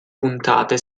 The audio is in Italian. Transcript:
puntate